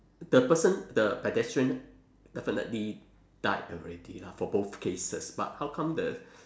the person the pedestrian definitely died already lah for both cases but how come the